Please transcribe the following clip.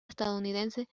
estadounidense